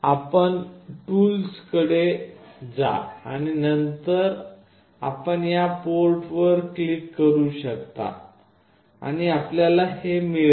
आपण टूल्सकडे जा आणि नंतर आपण या पोर्टवर क्लिक करू शकता आणि आपल्याला हे मिळेल